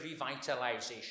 revitalization